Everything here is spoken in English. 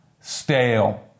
stale